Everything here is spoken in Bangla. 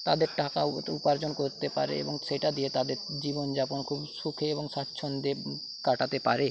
তাদের টাকা উপার্জন করতে পারে এবং সেটা দিয়ে তাদের জীবনযাপন খুব সুখে এবং স্বাচ্ছন্দ্যে কাটাতে পারে